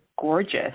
gorgeous